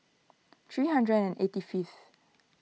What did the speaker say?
three hundred and eighty fifth